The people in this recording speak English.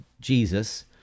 Jesus